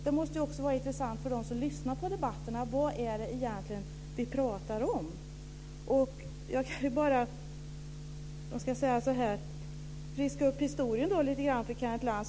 Det måste ju vara intressant också för dem som lyssnar på debatterna vad det egentligen är som vi talar om. Jag ska friska upp historien lite grann för Kenneth Lantz.